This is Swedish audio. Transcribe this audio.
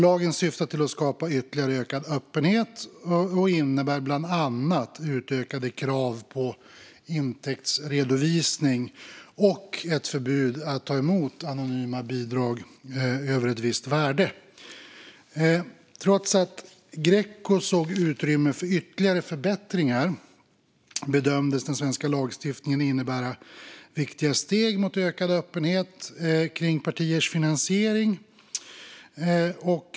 Lagen syftar till att skapa ytterligare ökad öppenhet och innebär bland annat utökade krav på intäktsredovisning och ett förbud mot att ta emot anonyma bidrag över ett visst värde. Trots att Greco såg utrymme för ytterligare förbättringar bedömdes den svenska lagstiftningen innebära viktiga steg mot ökad öppenhet kring partiers finansiering.